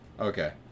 Okay